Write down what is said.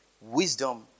wisdom